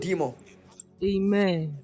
Amen